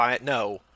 no